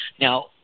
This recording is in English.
Now